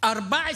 דווקא איתו,